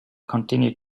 continue